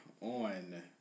on